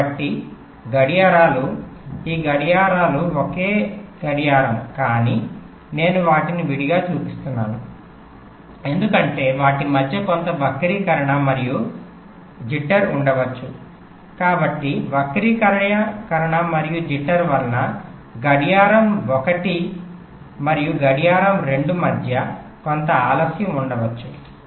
కాబట్టి గడియారాలు ఈ గడియారాలు ఒకే గడియారం కానీ నేను వాటిని విడిగా చూపిస్తున్నాను ఎందుకంటే వాటి మధ్య కొంత వక్రీకరణ మరియు గందరగోళంskew jitter ఉండవచ్చు కాబట్టి వక్రీకరణ మరియు జిట్టర్ వలన గడియారం ఒకటి మరియు గడియారం రెండు మధ్య కొంత ఆలస్యం ఉండవచ్చు